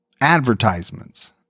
advertisements